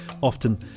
often